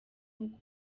nk’uko